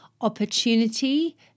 opportunity